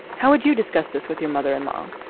how would you discuss this with your mother in law?